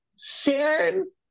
Sharon